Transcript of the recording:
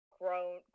grown